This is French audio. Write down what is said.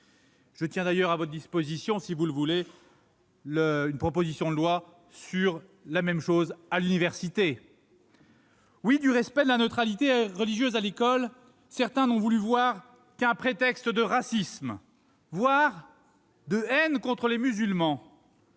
Je tiens d'ailleurs à votre disposition, monsieur le ministre, une proposition de loi de même teneur pour les universités. Du respect de la neutralité religieuse à l'école, certains n'ont voulu voir qu'un prétexte de racisme, voire de « haine contre les musulmans